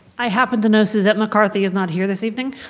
i happen to know suzanne mccarthy is not here this evening.